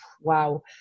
wow